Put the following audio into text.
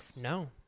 no